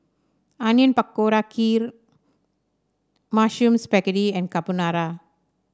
Onion Pakora Kheer Mushroom Spaghetti Carbonara